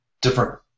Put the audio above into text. different